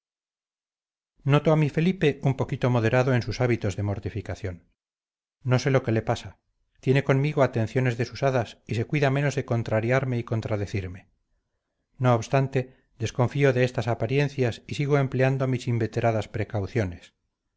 noto a mi felipe un poquito moderado en sus hábitos de mortificación no sé lo que le pasa tiene conmigo atenciones desusadas y se cuida menos de contrariarme y contradecirme no obstante desconfío de estas apariencias y sigo empleando mis inveteradas precauciones